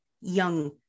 young